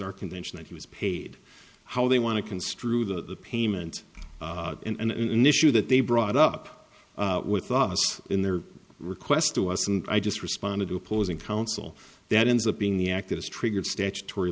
our convention that he was paid how they want to construe the payment and an issue that they brought up with us in their request to us and i just responded to opposing counsel that ends up being the activist triggered statutory